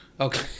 Okay